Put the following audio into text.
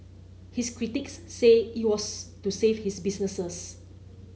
his critics say it was to save his businesses